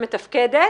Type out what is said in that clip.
מתפקדת,